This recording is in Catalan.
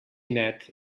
net